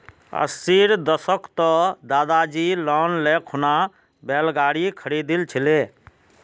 अस्सीर दशकत दादीजी लोन ले खूना बैल गाड़ी खरीदिल छिले